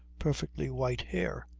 perfectly white hair.